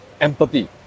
empathy